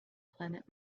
planet